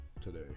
today